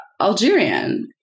Algerian